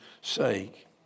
sake